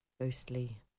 ghostly